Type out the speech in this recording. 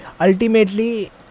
ultimately